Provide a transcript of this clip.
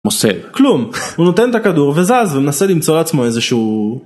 מוסר. כלום, הוא נותן את הכדור וזז, ומנסה למצוא לעצמו איזשהו...